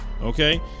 Okay